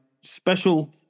special